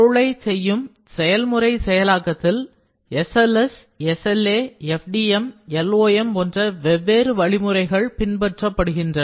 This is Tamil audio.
பொருளை செய்யும் செயல்முறை செயலாக்கத்தில் SLS SLA FDM LOM போன்ற வெவ்வேறு வழிமுறைகள் பின்பற்றப்படுகின்றன